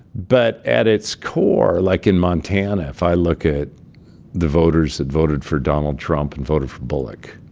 but at its core like in montana, if i look at the voters that voted for donald trump and voted for bullock,